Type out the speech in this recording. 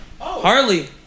Harley